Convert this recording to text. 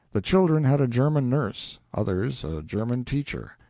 the children had a german nurse others a german teacher.